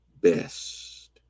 best